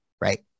right